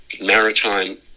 maritime